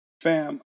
Fam